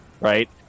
right